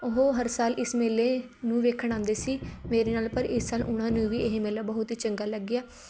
ਉਹ ਹਰ ਸਾਲ ਇਸ ਮੇਲੇ ਨੂੰ ਵੇਖਣ ਆਉਂਦੇ ਸੀ ਮੇਰਾ ਨਾਲ ਪਰ ਇਸ ਸਾਲ ਉਹਨਾਂ ਨੂੰ ਵੀ ਇਹ ਮੇਲਾ ਬਹੁਤ ਹੀ ਚੰਗਾ ਲੱਗਿਆ